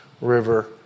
River